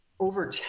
Over